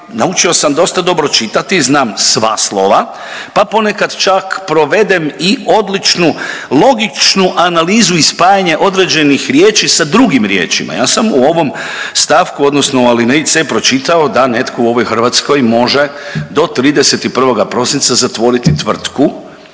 naučio sam dosta dobro čitati, znam sva slova, pa ponekad čak provedem i odličnu logičnu analizu i spajanje određenih riječi sa drugim riječima. Ja sam u ovom stavku odnosno u alineji C pročitao da netko u ovoj Hrvatskoj može do 31. prosinca zatvoriti tvrtku